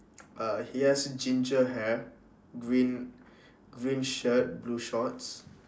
uh he has ginger hair green green shirt blue shorts